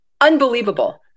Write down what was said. unbelievable